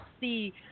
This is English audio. see